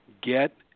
get